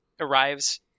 arrives